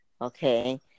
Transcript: Okay